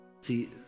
See